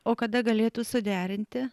o kada galėtų suderinti